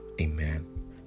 Amen